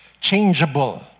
changeable